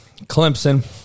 Clemson